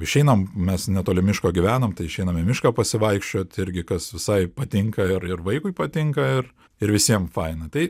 išeinam mes netoli miško gyvenam tai išeinam į mišką pasivaikščiot irgi kas visai patinka ir ir vaikui patinka ir ir visiem faina tai